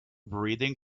breeding